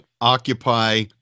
Occupy